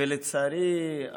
ולצערי,